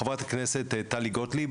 חברת הכנסת טלי גוטליב,